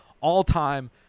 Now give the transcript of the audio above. all-time